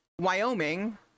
Wyoming